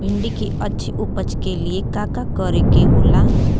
भिंडी की अच्छी उपज के लिए का का करे के होला?